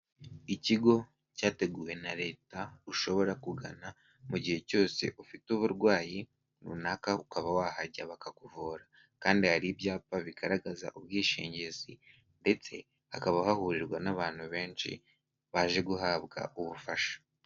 Ikigo cyateguwe na Leta ushobora kugana mu gihe cyose ufite uburwayi runaka ukaba wahajya bakakuvura, kandi hari ibyapa bigaragaza ubwishingizi, ndetse hakaba hahurirwa n'abantu benshi baje guhabwa ubufasha.